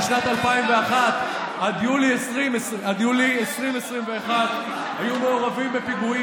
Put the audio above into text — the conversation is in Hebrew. משנת 2001 עד יולי 2021 היו מעורבים בפיגועים